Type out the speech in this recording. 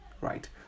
Right